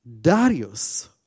Darius